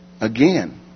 Again